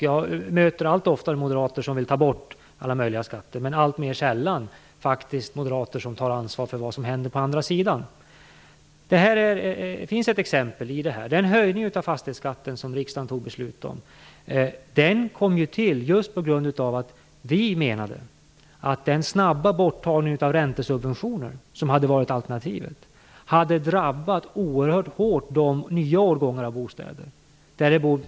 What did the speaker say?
Jag möter allt oftare moderater som vill ta bort alla möjliga skatter, men alltmer sällan moderater som faktiskt tar ansvar för vad som händer på andra sidan. Det finns ett exempel på detta. Den höjning av fastighetsskatten som riksdagen fattade beslut om, kom ju till just på grund av att vi menade att den snabba borttagning av räntesubventionerna som hade varit alternativet hade drabbat nya årgångar av bostäder oerhört hårt.